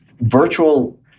virtual